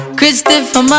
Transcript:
Christopher